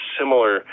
similar